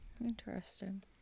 Interesting